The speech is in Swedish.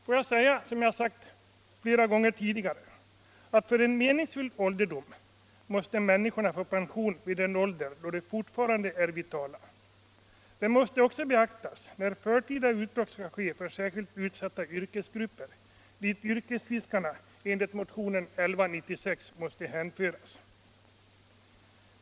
Får jag säga, som jag sagt många gånger tidigare, att om människorna skall få en meningsfull ålderdom måste de få pension vid en ålder då de fortfarande är vitala. Det måste också beaktas i fråga om förtida uttag av pension för särskilt utsatta yrkesgrupper, dit yrkesfiskarna enligt motionen 1975/76:1196 måste hänföras.